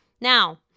Now